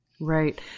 Right